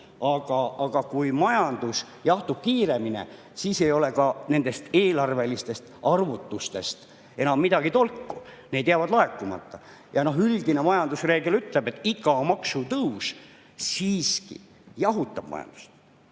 aga kui majandus jahtub kiiremini, siis ei ole ka nendest eelarvelistest arvutustest enam midagi tolku. Need [summad] jäävad laekumata. Üldine majandusreegel ütleb, et iga maksutõus siiski jahutab majandust,